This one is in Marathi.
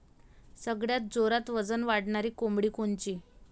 सगळ्यात जोरात वजन वाढणारी कोंबडी कोनची?